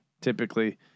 typically